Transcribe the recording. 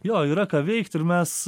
jo yra ką veikt ir mes